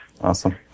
Awesome